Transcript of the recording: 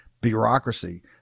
bureaucracy